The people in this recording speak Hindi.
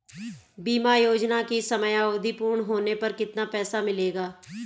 बीमा योजना की समयावधि पूर्ण होने पर कितना पैसा मिलेगा?